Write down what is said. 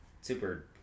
super